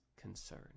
concern